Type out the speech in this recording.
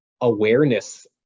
awareness